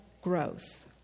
growth